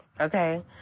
okay